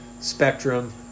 spectrum